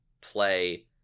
play